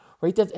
Right